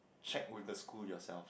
check with the school yourself